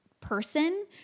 person